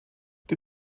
die